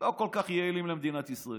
לא כל כך יעילים למדינת ישראל.